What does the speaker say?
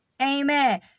Amen